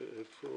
וגם